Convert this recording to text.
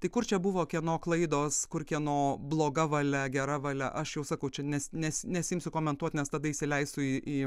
tai kur čia buvo kieno klaidos kur kieno bloga valia gera valia aš jau sakau čia nes nes nesiimsiu komentuot nes tada įsileisiu į į